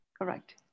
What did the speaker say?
correct